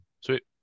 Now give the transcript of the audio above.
Sweet